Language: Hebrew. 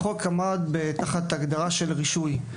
כשהחוק עמד תחת הגדרה של רישוי.